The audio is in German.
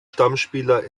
stammspieler